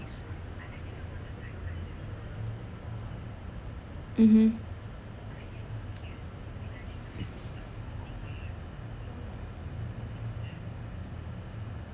mmhmm